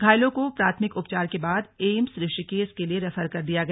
घायलों को प्राथमिक उपचार के बाद एम्स ऋषिकेश के लिए रेफर कर दिया गया